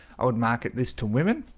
i would market this to women